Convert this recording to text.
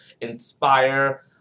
inspire